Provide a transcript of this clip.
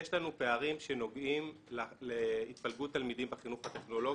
יש לנו פערים שנוגעים להתפלגות תלמידים בחינוך הטכנולוגי.